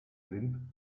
rind